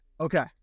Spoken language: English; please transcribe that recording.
Okay